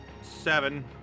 Seven